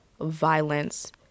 violence